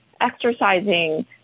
exercising